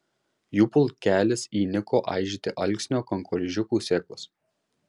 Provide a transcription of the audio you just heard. jų pulkelis įniko aižyti alksnio kankorėžiukų sėklas